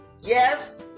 Yes